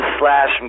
Slash